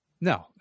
No